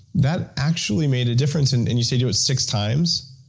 that actually made a difference in. and you say do it six times?